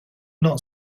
not